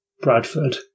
Bradford